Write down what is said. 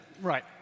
Right